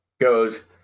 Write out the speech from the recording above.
goes